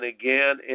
again